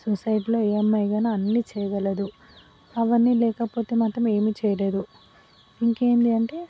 సొసైటీలో ఏ అమ్మాయి అయినా అన్నీ చేయగలదు అవన్నీ లేకపోతే మాత్రం ఏమి చెయ్యలేదు ఇంకేంది అంటే